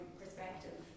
perspective